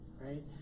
right